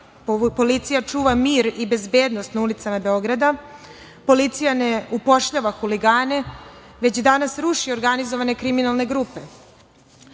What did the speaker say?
policija čuva mir i bezbednost na ulicama Beograda. Policija ne upošljava huligane, već danas ruši organizovane kriminalne grupe.